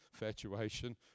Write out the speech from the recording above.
fatuation